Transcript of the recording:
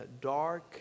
dark